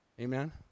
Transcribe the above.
Amen